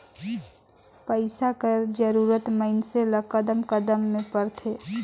पइसा कर जरूरत मइनसे ल कदम कदम में परथे